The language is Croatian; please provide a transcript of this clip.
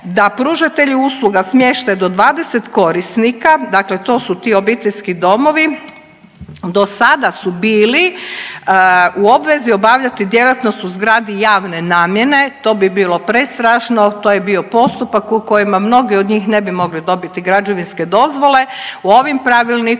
da pružatelji usluga smještaj do 20 korisnika dakle to su ti obiteljski domovi, do sada su bili u obvezi obavljati djelatnost u zgradu javne namjene, to bi bilo prestrašno, to je bio postupak u kojima mnogi od njih ne bi mogli dobiti građevinske dozvole. Ovim pravilnikom